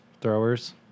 throwers